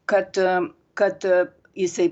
kad kad jisai